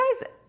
guys